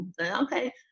Okay